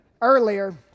Earlier